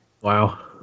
Wow